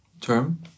term